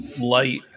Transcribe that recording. light